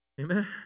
Amen